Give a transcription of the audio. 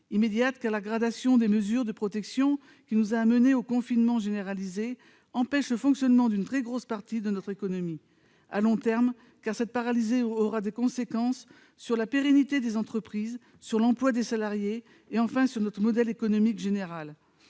immédiates, car la gradation des mesures de protection, jusqu'au confinement généralisé, empêche le fonctionnement d'une très large partie de notre économie ; de long terme, car cette paralysie aura des conséquences sur la pérennité des entreprises, sur l'emploi des salariés et sur notre modèle économique général.